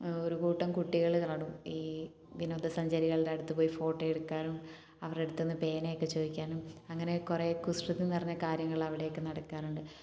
ഒരുകൂട്ടം കുട്ടികൾ കാണും ഈ വിനോദ സഞ്ചാരികളുടെ അടുത്തുപോയി ഫോട്ടോയെടുക്കാനും അവരുടെ അടുത്ത് നിന്ന് പേനയൊക്കെ ചോദിക്കാനും അങ്ങനെ കുറെ കുസൃതി നിറഞ്ഞ കാര്യങ്ങൾ അവിടെയൊക്കെ നടക്കാറുണ്ട്